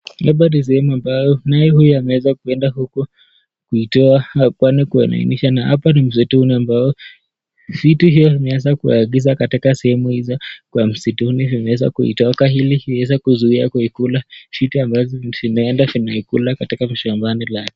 Hapa ni sehemu ambayo naye huyu ameweza kwenda huko kuitoa au kuilainisha. Na hapa ni msitu ule ambao vitu hivi vimeanza kuangamiza katika sehemu hizo kwa msituni. Vimeweza kuitoka ili iweze kuzuia kuikula vitu ambazo zimeenda zinaikula katika mashambani la.